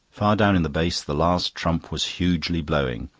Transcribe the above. far down in the bass the last trump was hugely blowing,